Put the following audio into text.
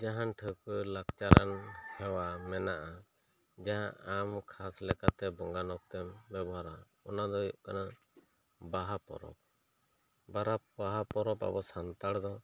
ᱡᱟᱦᱟᱱ ᱴᱷᱟᱹᱣᱠᱟᱹ ᱞᱟᱠᱪᱟᱨᱟᱱ ᱦᱮᱣᱟ ᱢᱮᱱᱟᱜᱼᱟ ᱡᱟᱦᱟᱸ ᱟᱢ ᱠᱷᱟᱥ ᱞᱮᱠᱟᱛᱮ ᱵᱚᱸᱜᱟ ᱱᱚᱠ ᱛᱮᱢ ᱵᱮᱣᱦᱟᱨᱟ ᱚᱱᱟ ᱫᱚ ᱦᱩᱭᱩᱜ ᱠᱟᱱᱟ ᱵᱟᱦᱟ ᱯᱚᱨᱚᱵᱽ ᱵᱟᱦᱟ ᱯᱚᱨᱚᱵᱽ ᱟᱵᱚ ᱥᱟᱱᱛᱟᱲ ᱫᱚ